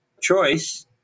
choice